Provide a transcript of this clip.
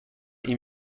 ihm